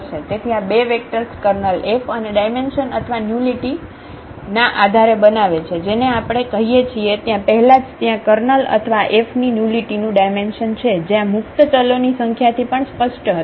તેથી આ બે વેક્ટર્સ કર્નલ F અને ડાયમેન્શન અથવા નુલીટીના આધારે બનાવે છે જેને આપણે કહીએ છીએ ત્યાં પહેલા જ ત્યાં કર્નલ અથવા આ F ની નુલીટીનું ડાયમેન્શન છે જે આ મુક્ત ચલોની સંખ્યાથી પણ સ્પષ્ટ હતું